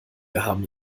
haben